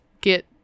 Get